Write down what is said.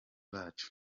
bacu